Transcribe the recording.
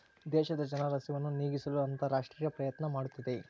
ದೇಶದ ಜನರ ಹಸಿವನ್ನು ನೇಗಿಸಲು ಅಂತರರಾಷ್ಟ್ರೇಯ ಪ್ರಯತ್ನ ಮಾಡುತ್ತಿದೆ